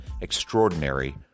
extraordinary